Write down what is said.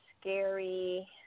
scary